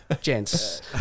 gents